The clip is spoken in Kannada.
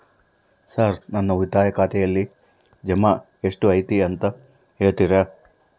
ಸರ್ ನನ್ನ ಉಳಿತಾಯ ಖಾತೆಯಲ್ಲಿ ಜಮಾ ಎಷ್ಟು ಐತಿ ಅಂತ ಹೇಳ್ತೇರಾ?